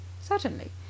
Certainly